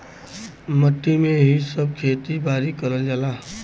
मट्टी में ही सब खेती बारी करल जाला